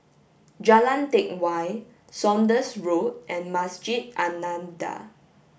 Jalan Teck Whye Saunders Road and Masjid An Nahdhah